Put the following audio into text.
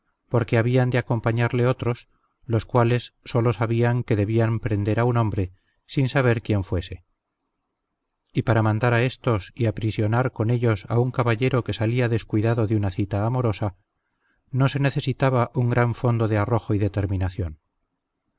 porque habían de acompañarle otros los cuales sólo sabían que debían prender a un hombre sin saber quién fuese y para mandar a éstos y aprisionar con ellos a un caballero que salía descuidado de una cita amorosa no se necesitaba un gran fondo de arrojo y determinación